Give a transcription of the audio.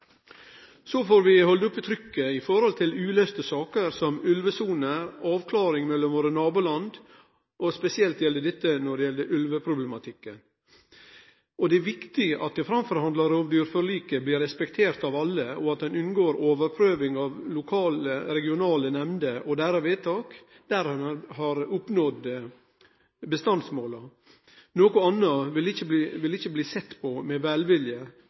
Så får vi halde oppe trykket når det gjeld uløyste saker som ulvesoner og avklaringar med nabolanda våre, spesielt når det gjeld ulveproblematikken. Det er viktig at det framforhandla rovdyrforliket blir respektert av alle, og at ein unngår overprøving av lokale og regionale nemnder og deira vedtak, der ein har oppnådd bestandsmåla. Noko anna vil ikkje bli sett på med velvilje,